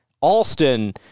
Alston